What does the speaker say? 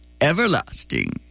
everlasting